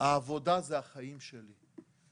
העבודה זה החיים שלי.